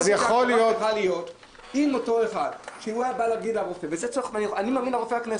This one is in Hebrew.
אני מאמין לרופא הכנסת.